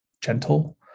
gentle